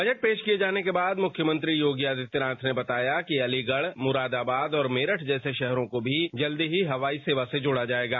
budget पेश किए जाने के बाद मुख्यमंत्री योगी आदित्यनाथ ने बताया कि अलीगढ़ मुरादाबाद मेरठ जैसे शहरों को भी जल्दी ही हवाई सेवा से जोड़ा जाएगा